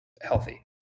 healthy